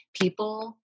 people